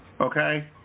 okay